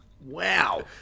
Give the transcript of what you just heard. wow